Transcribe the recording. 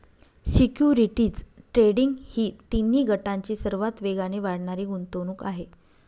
securities trading ही तिन्ही गटांची सर्वात वेगाने वाढणारी गुंतवणूक आहे